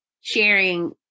sharing